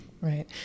right